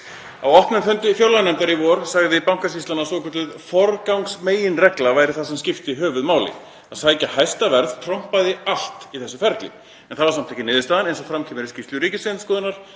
Á opnum fundi fjárlaganefndar í vor sagði Bankasýslan að svokölluð forgangsmeginregla væri það sem skipti höfuðmáli, að sækja hæsta verð trompaði allt í þessu ferli, en það var samt ekki niðurstaðan eins og fram kemur í skýrslu Ríkisendurskoðunar